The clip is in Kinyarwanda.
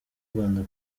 rwanda